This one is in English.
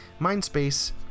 Mindspace